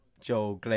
Joel